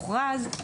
הוכרז.